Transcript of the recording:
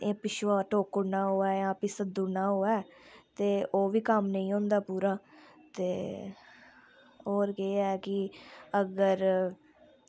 पिछुआं टोकुड़ना होऐ जां सद्दुड़ना होऐ ते ओह् बी कम्म नी होंदा पूरा ते होर केह् ऐ कि अगर